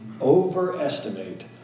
overestimate